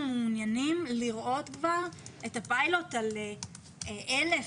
מעוניינים לראות כבר את הפיילוט על אלף,